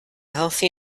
healthy